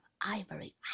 ivory